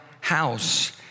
house